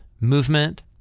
movement